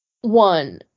One